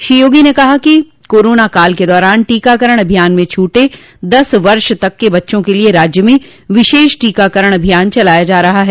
श्री योगी ने कहा कोरोना काल के दौरान टीकाकरण अभियान में छूटे दस वर्ष तक के बच्चों के लिए राज्य में विशेष टीकाकरण अभियान चलाया जा रहा है